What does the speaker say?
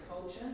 culture